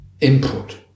input